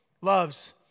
loves